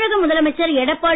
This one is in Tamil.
தமிழக முதலமைச்சர் எடப்பாடி